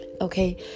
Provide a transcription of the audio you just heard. Okay